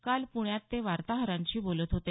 काल पुण्यात ते वार्ताहरांशी बोलत होते